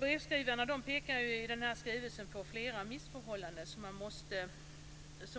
Brevskrivarna pekar i skrivelsen på flera missförhållanden som